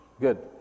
good